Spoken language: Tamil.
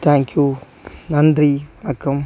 தேங்க் யூ நன்றி வணக்கம்